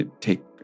take